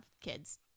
kids